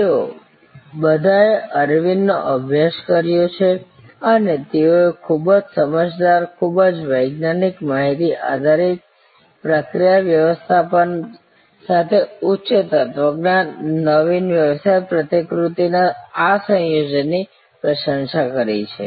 તેઓ બધાએ અરવિંદનો અભ્યાસ કર્યો છે અને તેઓએ ખૂબ જ સમજદાર ખૂબ જ વૈજ્ઞાનિક માહિતી આધારિત પ્રક્રિયા વ્યવસ્થાપન સાથે ઉચ્ચ તત્વજ્ઞાન નવીન વ્યવસાય પ્રતિકૃતિ ના આ સંયોજનની પ્રશંસા કરી છે